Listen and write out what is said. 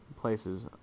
places